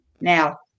now